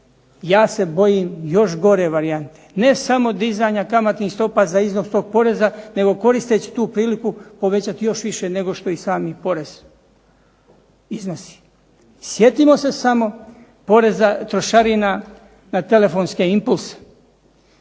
ja se bojim još gore varijante. Ne samo dizanja kamatnih stopa za iznos toga poreza, nego koristeći tu priliku povećati još više nego što je i sami porez iznosi. Sjetimo se samo poreza trošarina na telefonske impulse.